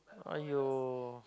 !aiyo!